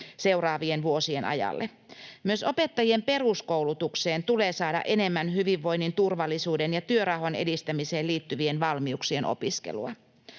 seuraavien vuosien ajalle. Myös opettajien peruskoulutukseen tulee saada enemmän hyvinvoinnin, turvallisuuden ja työrauhan edistämiseen liittyvien valmiuksien opiskelua.